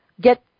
get